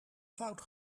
fout